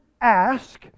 ask